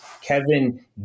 Kevin